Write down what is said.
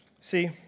See